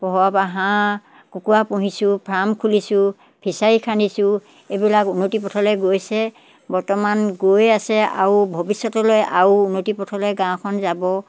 কুকুৰা বা হাঁহ কুকুৰা পুহিছোঁ ফাৰ্ম খুলিছোঁ ফিচাৰী খান্দিছোঁ এইবিলাক উন্নতি পথলৈ গৈছে বৰ্তমান গৈ আছে আৰু ভৱিষ্যতলৈ আৰু উন্নতি পথলৈ গাঁওখন যাব